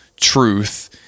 truth